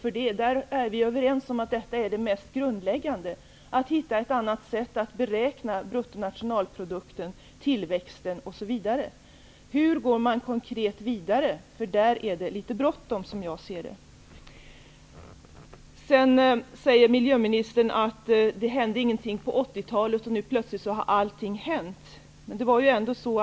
Vi är överens om att det mest grundläggande är att hitta ett annat sätt att beräkna bruttonationalprodukten, tillväxten osv. Hur går vi konkret vidare? Det är litet bråttom där, som jag ser det. Sedan säger miljöministern att det inte hände något på 80-talet och att allt har hänt nu plötsligt.